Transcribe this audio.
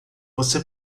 você